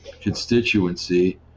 constituency